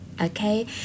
okay